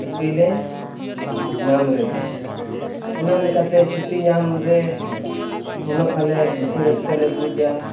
ᱪᱷᱩᱴᱤᱞᱮ ᱧᱟᱢ ᱨᱮᱫᱚ ᱚᱱᱟ ᱞᱮᱠᱟᱛᱮ ᱪᱷᱩᱴᱤ ᱧᱟᱢᱨᱮ ᱥᱮᱱᱚᱜ ᱟᱞᱮ ᱠᱩᱥᱤ ᱨᱟᱹᱥᱠᱟᱹᱞᱮ ᱵᱩᱡᱟ